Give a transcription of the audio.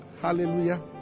Hallelujah